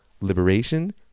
liberation